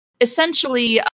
Essentially